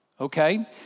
okay